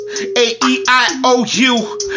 A-E-I-O-U